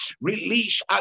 release